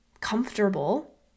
comfortable